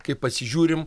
kai pasižiūrim